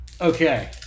Okay